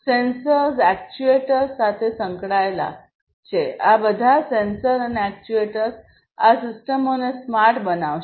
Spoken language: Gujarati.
સેન્સર્સ એક્ટ્યુએટર્સ સાથે સંકળાયેલા છે આ બધા સેન્સર અને એક્ટ્યુએટર્સ આ સિસ્ટમોને સ્માર્ટ બનાવશે